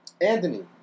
Anthony